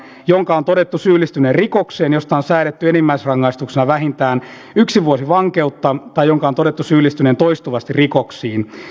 jonka on todettu syyllistyneen rikokseen josta on säädetty enimmäisrangaistuksena vähintään yksi vuosi vankeutta taikka jonka on todettu syyllistyneen toistuvasti rikoksiin